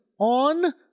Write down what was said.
on